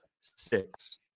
six